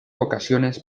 ocasiones